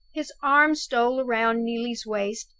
his arm stole round neelie's waist,